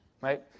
right